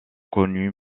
connu